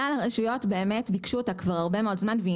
כלל הרשויות ביקשו אותה כבר הרבה מאוד זמן והיא